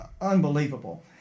unbelievable